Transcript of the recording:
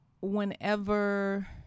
whenever